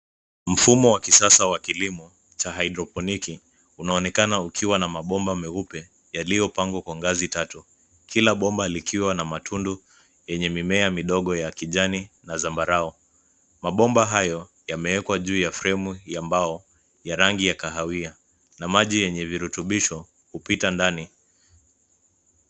Mfumo wa kisasa wa kilimo cha haidroponiki unaonekana ukiwa na mabomba meupe yaliyopangwa kwa ngazi tatu. Kila bomba likiwa na matundu yenye mimea midogo ya kijani na zambarau. Mabomba hayo yamewekwa juu ya fremu ya mbao ya rangi ya kahawia na maji yenye virutubisho hupita ndani.